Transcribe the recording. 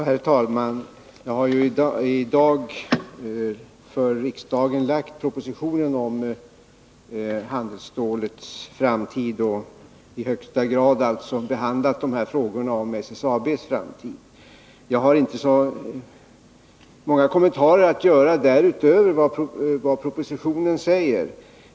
Herr talman! Jag har ju i dag för riksdagen lagt fram en proposition om handelsstålets framtid och alltså i högsta grad behandlat frågorna om SSAB:s framtid. Utöver vad som sägs i propositionen har jag inte så många kommentarer att göra.